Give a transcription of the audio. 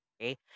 Okay